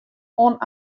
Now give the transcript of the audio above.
oan